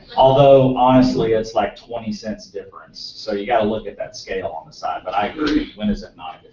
although honestly it's like twenty cents difference. so you gotta look at that scale on the side but i agree, when is it not a